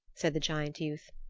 said the giant youth.